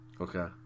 Okay